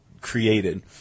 created